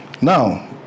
Now